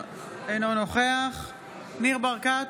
אינו נוכח ניר ברקת,